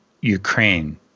Ukraine